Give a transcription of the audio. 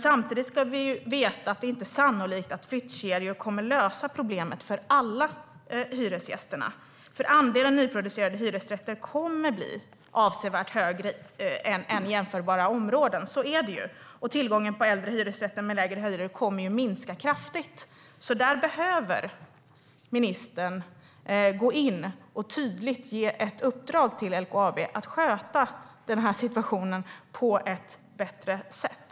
Samtidigt ska vi veta att det inte är sannolikt att flyttkedjor kommer att lösa problemet för alla hyresgäster. Andelen nyproducerade hyresrätter kommer att bli avsevärt högre än i jämförbara områden - så är det ju - och tillgången på äldre hyresrätter med lägre hyror kommer att minska kraftigt. Ministern behöver gå in och tydligt ge ett uppdrag till LKAB om att sköta situationen på ett bättre sätt.